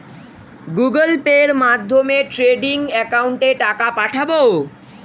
Google পের মাধ্যমে trading একাউন্টে টাকা পাঠাবো?